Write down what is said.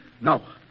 No